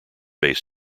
based